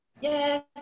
Yes